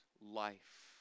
life